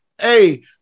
Hey